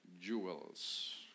jewels